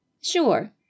Sure